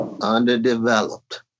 underdeveloped